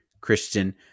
Christian